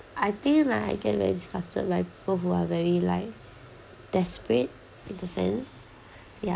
I think like I get very disgusted by people who are very like desperate in the sense yeah